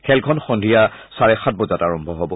খেলখন সন্ধিয়া চাৰে সাত বজাত আৰম্ভ হব